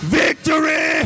victory